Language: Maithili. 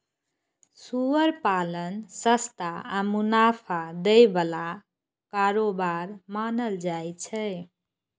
सुअर पालन सस्ता आ मुनाफा दै बला कारोबार मानल जाइ छै